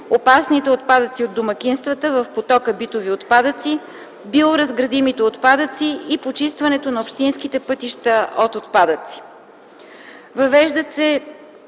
опасните отпадъци от домакинствата в потока битови отпадъци, биоразградимите отпадъци и почистването на общинските пътища от отпадъци.